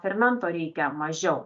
fermento reikia mažiau